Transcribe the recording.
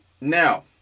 Now